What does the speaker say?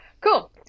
Cool